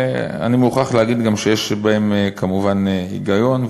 ואני מוכרח להגיד גם שיש בהם כמובן היגיון,